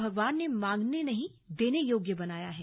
भगवान ने मांगने नहीं देने योग्य बनाया है